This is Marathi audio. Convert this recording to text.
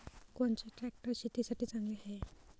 कोनचे ट्रॅक्टर शेतीसाठी चांगले हाये?